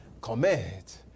Commit